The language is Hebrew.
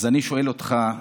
אז אני שואל אותך,